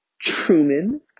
Truman